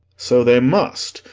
so they must,